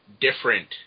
different